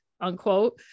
unquote